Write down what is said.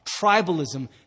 tribalism